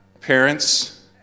Parents